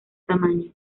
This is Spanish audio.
tamaño